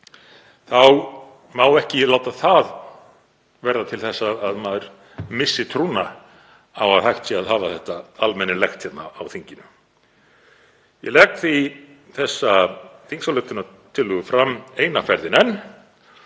má ekki láta það verða til þess að maður missi trúna á að hægt sé að hafa þetta almennilegt hér á þinginu. Ég legg því þessa þingsályktunartillögu fram eina ferðina enn